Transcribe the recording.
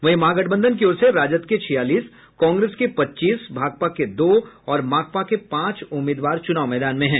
वहीं महागठबंधन की ओर से राजद के छियालीस कांग्रेस के पच्चीस भाकपा के दो और माकपा के पांच उम्मीदवार चुनाव मैदान में हैं